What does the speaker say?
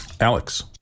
Alex